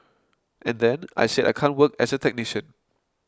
and then I said I can't work as a technician